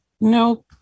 Nope